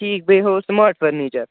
ٹھیٖک بیٚیہِ ہُہ سُمارٹ فٔرنیٖچَر